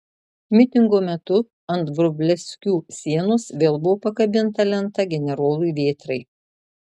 mitingo metu ant vrublevskių sienos vėl buvo pakabinta lenta generolui vėtrai